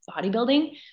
bodybuilding